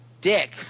dick